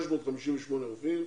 658 עובדים,